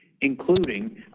including